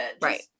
Right